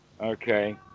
Okay